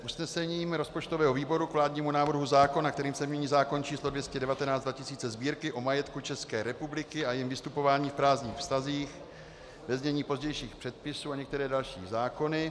Usnesení rozpočtového výboru k vládnímu návrhu zákona, kterým se mění zákon číslo 219/2000 Sb., o majetku České republiky a jejím vystupování v právních vztazích, ve znění pozdějších předpisů, a některé další zákony.